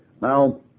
now